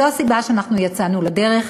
זו הסיבה שאנחנו יצאנו לדרך.